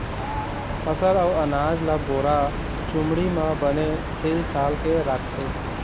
फसल अउ अनाज ल बोरा, चुमड़ी म बने सील साल के राखथे